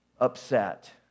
upset